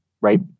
right